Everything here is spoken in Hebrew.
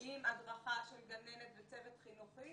עם הדרכה של גננת וצוות חינוכי